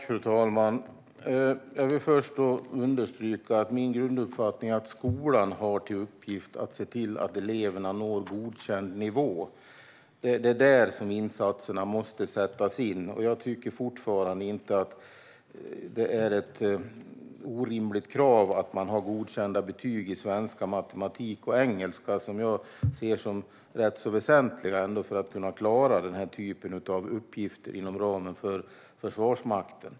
Fru talman! Jag vill först understryka min grunduppfattning att skolan har till uppgift att se till att eleverna når godkänd nivå. Det är där som insatserna måste sättas in. Jag tycker fortfarande inte att det är ett orimligt krav att man har godkända betyg i svenska, matematik och engelska, som jag ser som rätt så väsentliga för att kunna klara denna typ av uppgifter inom ramen för Försvarsmakten.